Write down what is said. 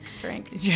Drink